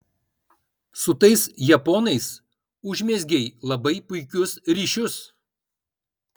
su tais japonais užmezgei labai puikius ryšius